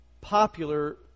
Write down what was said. popular